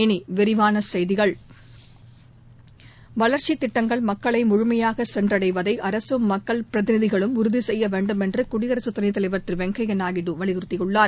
இனி விரிவான செய்திகள் வளர்ச்சித் திட்டங்கள் மக்களை முழுமையாக சென்றடைவதை அரசும் மக்கள் பிரதிநிதிகளும் உறுதி செய்ய வேண்டும் என்று குடியரசு துணைத் தலைவர் திரு எம் வெங்கையா நாயுடு வலியுறுத்தியுள்ளார்